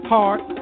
Heart